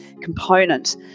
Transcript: component